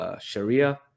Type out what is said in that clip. Sharia